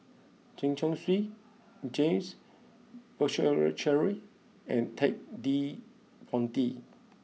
Chen Chong Swee James Puthucheary and Ted De Ponti